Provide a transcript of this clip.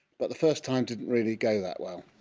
but the first time didn't really go that well.